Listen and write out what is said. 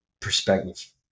perspective